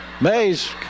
Mays